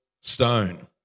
stone